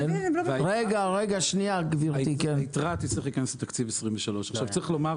היתרה תצטרך להיכנס לתקציב 2023. צריך לומר,